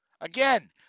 Again